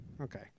Okay